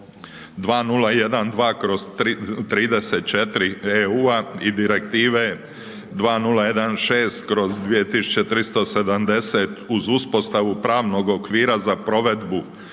2012/34 EU i Direktive 2016/2370 uz uspostavu pravnog okvira za provedbu